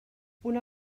una